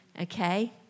Okay